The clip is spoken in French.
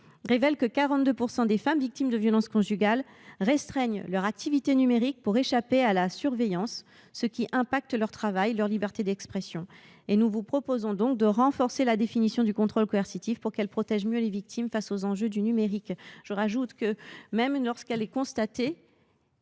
révèle que 42 % des femmes victimes de violences conjugales restreignent leur activité numérique pour échapper à la surveillance, ce qui a des conséquences sur leur travail et leur liberté d’expression. Nous vous proposons donc de renforcer la définition du contrôle coercitif afin qu’elle protège mieux les victimes face aux enjeux du numérique. J’ajoute qu’il est difficile